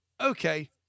Okay